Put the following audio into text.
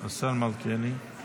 זה